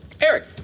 Eric